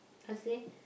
how to say